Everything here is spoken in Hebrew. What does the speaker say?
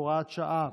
הוראת שעה),